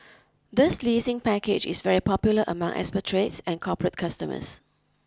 this leasing package is very popular among expatriates and corporate customers